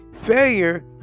failure